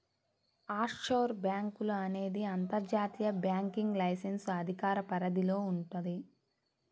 offshore బ్యేంకులు అనేది అంతర్జాతీయ బ్యాంకింగ్ లైసెన్స్ అధికార పరిధిలో వుంటది